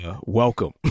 welcome